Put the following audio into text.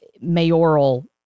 mayoral